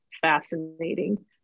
fascinating